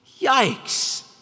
Yikes